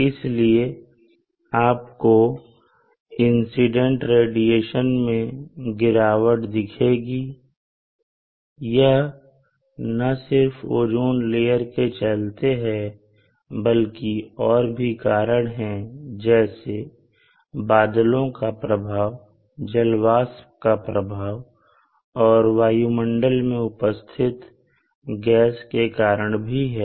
इसलिए आपको incident radiation में गिरावट दिखेगी यह ना सिर्फ ओजोन लेयर के चलते हैं बल्कि और भी कारण हैं जैसे बादलों का प्रभाव जल वाष्प का प्रभाव और वायुमंडल में उपस्थित गैस के कारण भी है